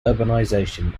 urbanization